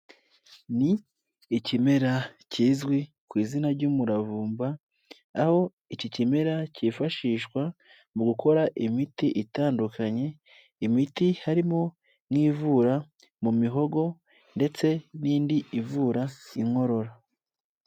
Ni ikimera kizwi ku izina ry'umuravumba, aho iki kimera cyifashishwa mu gukora imiti itandukanye, imiti harimo n'ivura mu mihogo, ndetse n'indi ivura inkorora.